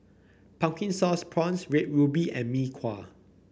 Pumpkin Sauce Prawns Red Ruby and Mee Kuah